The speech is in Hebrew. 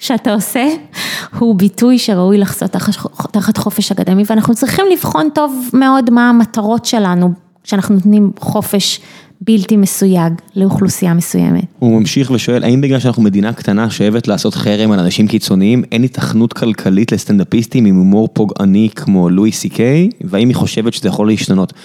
שאתה עושה הוא ביטוי שראוי לחזות תחת חופש אקדמי ואנחנו צריכים לבחון טוב מאוד מה המטרות שלנו שאנחנו נותנים חופש בלתי מסוייג לאוכלוסייה מסוימת. הוא ממשיך ושואל האם בגלל שאנחנו מדינה קטנה שאוהבת לעשות חרם על אנשים קיצוניים אין היתכנות כלכלית לסטנדאפיסטים עם הומור פוגעני כמו לואי סי קיי והאם היא חושבת שזה יכול להשתנות.